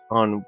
on